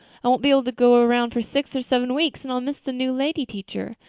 i won't be able to go around for six or seven weeks and i'll miss the new lady teacher.